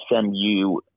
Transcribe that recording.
SMU –